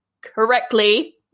correctly